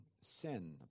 sin